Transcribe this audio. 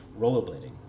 rollerblading